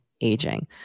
aging